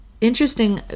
interesting